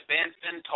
Benson